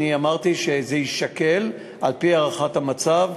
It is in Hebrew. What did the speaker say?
אני אמרתי שזה יישקל, על-פי הערכת המצב.